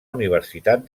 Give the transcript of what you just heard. universitat